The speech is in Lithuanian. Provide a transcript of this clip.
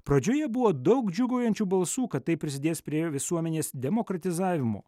pradžioje buvo daug džiūgaujančių balsų kad tai prisidės prie visuomenės demokratizavimo